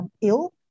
ill